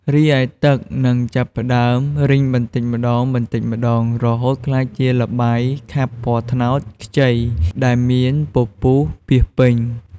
រីឯ ទឹកនឹងចាប់ផ្តើមរីងបន្តិចម្តងៗ រហូតក្លាយជាល្បាយខាប់ពណ៌ត្នោតខ្ចីដែលមានពពុះពាសពេញ។